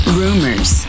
rumors